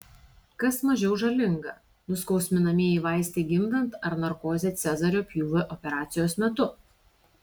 kas mažiau žalinga nuskausminamieji vaistai gimdant ar narkozė cezario pjūvio operacijos metu